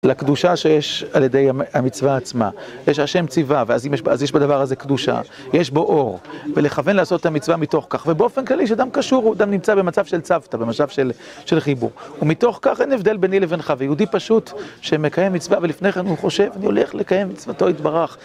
לקדושה שיש על ידי המצווה עצמה, יש ה' צבא, ואז יש בדבר הזה קדושה, יש בו אור, ולכוון לעשות את המצווה מתוך כך, ובאופן כללי, שדם קשור, הוא דם נמצא במצב של צוותא, במצב של חיבור. ומתוך כך אין הבדל ביני לבינך, והיהודי פשוט שמקיים מצווה, ולפני כן הוא חושב, אני הולך לקיים מצוותו, יתברח.